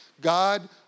God